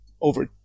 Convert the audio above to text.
over